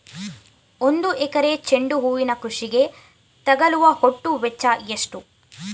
ಒಂದು ಎಕರೆ ಚೆಂಡು ಹೂವಿನ ಕೃಷಿಗೆ ತಗಲುವ ಒಟ್ಟು ವೆಚ್ಚ ಎಷ್ಟು?